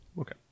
Okay